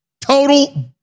total